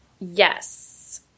Yes